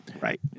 Right